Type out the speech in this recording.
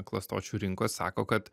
klastočių rinkos sako kad